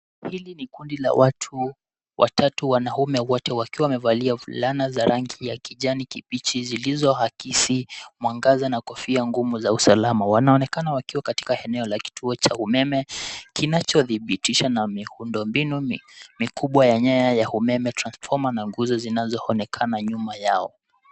Hili ni kundi la watu watatu wanaume wote wakiwa wamevalia fulana za rangi ya kijani kibichi zilizoakisi mwangaza na kofia ngumu za usalama. Wanaonekana wakiwa katika eneo la kituo cha umeme kinachodhibitisha na miundo mikubwa ya nyaya ya umeme, transformer na nguzo zinazoonekana nyuma yao.